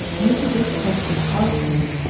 make a good suds of hard soap,